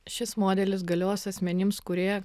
šis modelis galios asmenims kurie